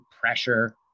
pressure